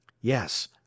Yes